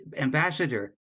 ambassador